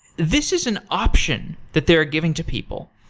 this is an option that they are giving to people.